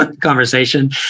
conversation